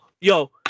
yo